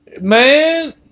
Man